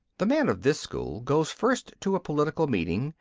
the man of this school goes first to a political meeting,